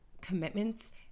commitments